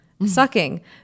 sucking